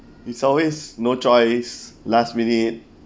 it's always no choice last minute